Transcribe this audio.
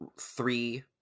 three